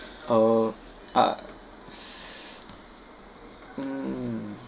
uh ah mm